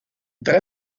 tre